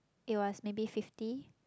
it was maybe fifty